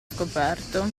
scoperto